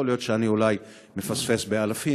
יכול להיות שאולי אני מפספס באלפים,